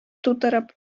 тутырып